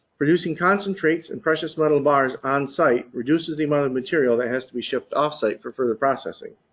producing concentrates and precious metal bars on site produces the amount of material that has to be shipped off site for further processing.